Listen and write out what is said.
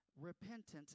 Repentance